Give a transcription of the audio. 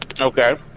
Okay